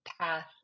path